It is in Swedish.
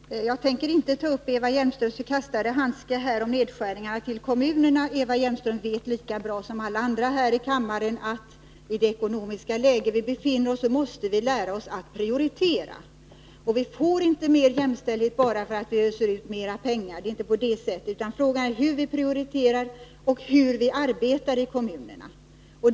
Fru talman! Jag tänker inte ta upp Eva Hjelmströms kastade handske om kommunernas nedskärningar. Eva Hjelmström vet lika bra som alla andra här i kammaren att vi i det ekonomiska läge som vi befinner oss i måste lära oss att prioritera. Vi får inte mer jämställdhet bara genom att ösa ut mera pengar. Det är inte på det sättet. Frågan är hur vi prioriterar och hur vi arbetar i kommunerna.